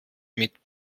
mit